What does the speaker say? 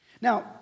Now